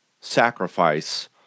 sacrifice